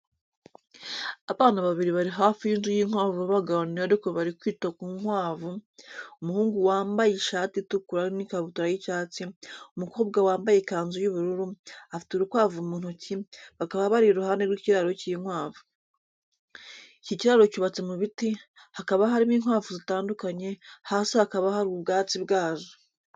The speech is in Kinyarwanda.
Abana babiri bari hafi y’inzu y’inkwavu baganira ariko bari kwita ku nkwavu, umuhungu wambaye ishati itukura n’ikabutura y'icyatsi, umukobwa wambaye ikanzu y’ubururu, afite urukwavu mu ntoki, bakaba bari iruhande rw'ikiraro cy'inkwavu. Iki kiraro cyubatse mu biti, hakaba harimo inkwavu zitandukanye. Hasi hakaba hari ubwatsi bwazo.